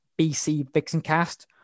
BCVixenCast